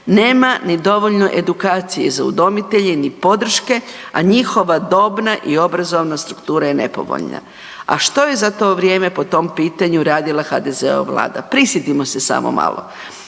Nema ni dovoljno edukacije za udomitelje, ni podrške, a njihova dobna i obrazovna struktura je nepovoljna, a što je za to vrijeme po tom pitanju radila HDZ-ova Vlada prisjetimo se samo malo.